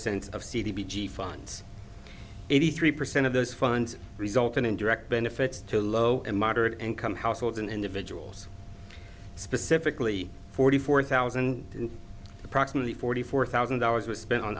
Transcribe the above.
so of cd b g funds eighty three percent of those funds resulted in direct benefits to low and moderate income households and individuals specifically forty four thousand approximately forty four thousand dollars was spent on